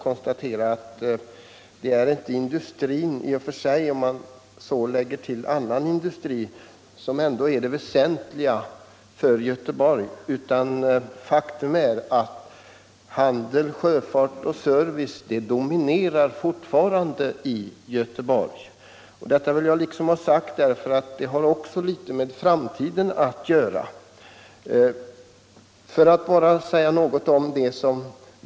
Det är inte industrin i och för sig, ens om man lägger till andra industribranscher, som är det väsentliga för Göteborg, utan handel, sjöfart och service dominerar fortfarande sysselsättningen i Göteborg. Det vill jag säga därför att detta också har med framtiden att göra.